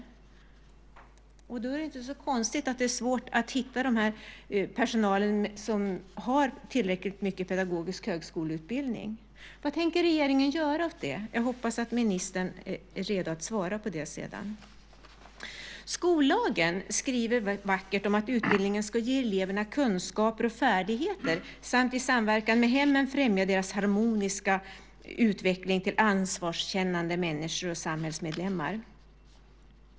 Då är det inte så konstigt att det är svårt att hitta personal med tillräcklig pedagogisk högskoleutbildning. Vad tänker regeringen göra åt det? Jag hoppas att ministern är redo att svara på det sedan. Skollagen skriver vackert om att "utbildningen skall ge eleverna kunskaper och färdigheter samt, i samarbete med hemmen, främja deras harmoniska utveckling till ansvarskännande människor och samhällsmedlemmar".